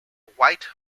white